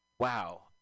Wow